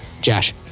Josh